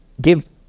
give